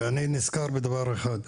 ואני נזכר בדבר אחד,